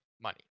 money